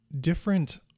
Different